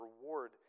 reward